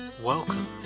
Welcome